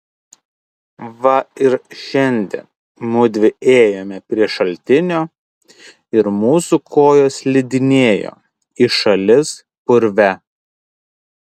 va ir šiandien mudvi ėjome prie šaltinio ir mūsų kojos slidinėjo į šalis purve